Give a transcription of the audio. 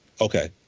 Okay